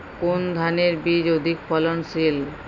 কোন ধানের বীজ অধিক ফলনশীল?